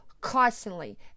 constantly